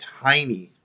tiny